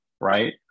right